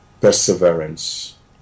perseverance